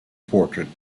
portrait